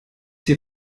hier